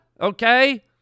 Okay